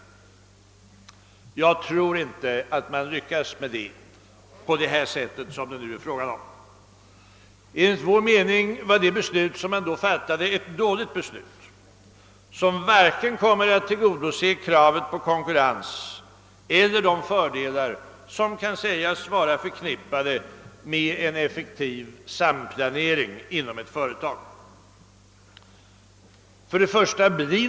Jag tror inte att man lyckades därmed. Enligt vår mening var det beslut som då fattades ett dåligt beslut, som varken kommer att tillgodose kravet på konkurrens eller ge de fördelar som kan vara förknippade med en effektiv planering inom ett sammanhållet företag.